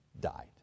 died